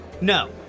No